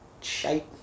shite